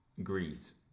Greece